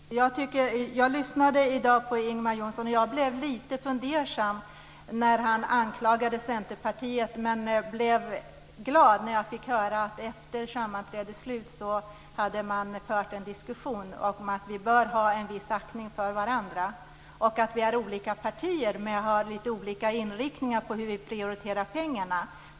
Fru talman! Det var i inledningsskedet. Jag lyssnade i dag på Ingvar Johnsson, och jag blev lite fundersam när han anklagade Centerpartiet. Men jag blev glad när jag fick höra att efter sammanträdets slut hade man fört en diskussion om att vi bör ha en viss aktning för varandra och att vi är olika partier med olika inriktningar i fråga om hur vi prioriterar pengarna.